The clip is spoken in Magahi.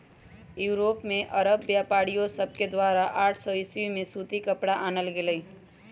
यूरोप में अरब व्यापारिय सभके द्वारा आठ सौ ईसवी में सूती कपरा आनल गेलइ